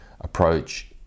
approach